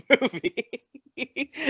movie